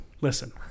Listen